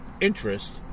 interest